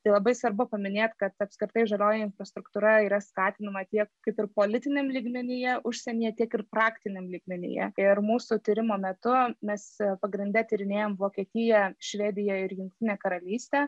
tai labai svarbu paminėt kad apskritai žalioji infrastruktūra yra skatinama tiek kaip ir politiniam lygmenyje užsienyje tiek ir praktiniam lygmenyje ir mūsų tyrimo metu mes pagrinde tyrinėjam vokietiją švediją ir jungtinę karalystę